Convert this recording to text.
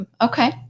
Okay